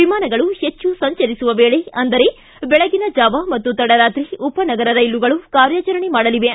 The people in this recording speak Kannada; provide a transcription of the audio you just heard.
ವಿಮಾನಗಳು ಹೆಚ್ಚು ಸಂಚರಿಸುವ ವೇಳೆ ಅಂದರೆ ಬೆಳಗಿನಜಾವ ಮತ್ತು ತಡರಾತ್ರಿ ಉಪನಗರ ರೈಲುಗಳು ಕಾರ್ಯಾಚರಣೆ ಮಾಡಲಿವೆ